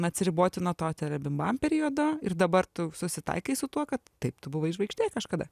atsiriboti nuo to telebimbam periodo ir dabar tu susitaikai su tuo kad taip tu buvai žvaigždė kažkada